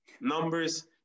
Numbers